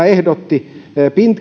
ehdotti